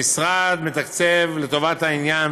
המשרד מתקצב לטובת העניין,